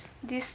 this